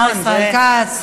השר ישראל כץ.